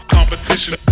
Competition